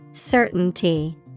Certainty